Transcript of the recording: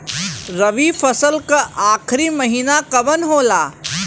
रवि फसल क आखरी महीना कवन होला?